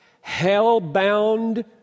hell-bound